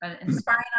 inspiring